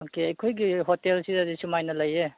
okay ꯑꯩꯈꯣꯏꯒꯤ ꯍꯦꯇꯦꯜꯁꯤꯗꯗꯤ ꯁꯨꯃꯥꯏꯅ ꯂꯩꯌꯦ